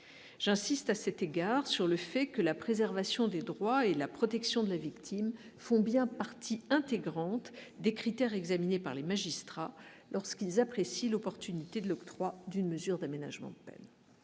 j'insiste, à cet égard, sur le fait que la préservation des droits et la protection de la victime, font bien partie intégrante des critères examinés par les magistrats lorsqu'ils apprécient l'opportunité de l'octroi d'une mesure d'aménagement, ces